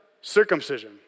Circumcision